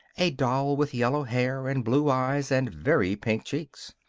a doll with yellow hair and blue eyes and very pink cheeks.